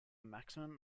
maximum